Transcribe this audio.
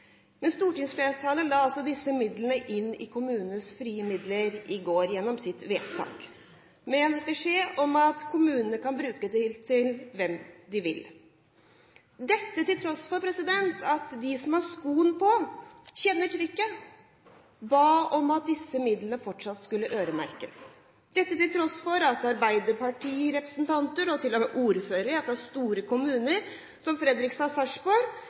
Stortingsflertallet la altså disse midlene inn i kommunenes frie midler gjennom sitt vedtak i går, med beskjed om at kommunene kan bruke det til hva de vil – dette til tross for at de som har skoen på, som kjenner hvor den trykker, ba om at disse midlene fortsatt skulle øremerkes, og til tross for at arbeiderpartirepresentanter – til og med ordførere fra store kommuner som Fredrikstad og Sarpsborg